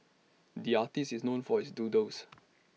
the artist is known for his doodles